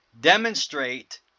demonstrate